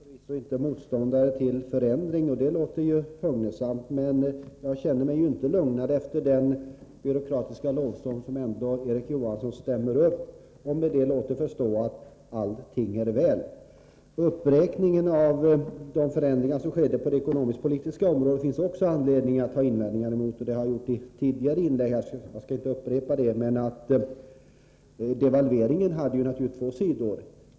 Fru talman! Erik Johansson säger att han inte är motståndare till förändring och det låter hugnesamt. Jag känner mig dock inte lugnare efter den byråkratiska lovsång som han ändå stämmer upp och därmed låter förstå att allting är bra. Uppräkningen av de förändringar som skedde på det ekonomiskt-politiska området finns det också anledning att ha invändningar emot, och jag har berört det i tidigare inlägg och skall därför inte upprepa mig. Devalveringen hade två sidor.